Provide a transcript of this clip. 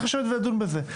צריך לשבת ולדון בזה.